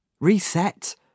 Reset